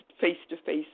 face-to-face